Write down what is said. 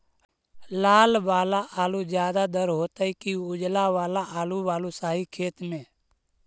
लाल वाला आलू ज्यादा दर होतै कि उजला वाला आलू बालुसाही खेत में?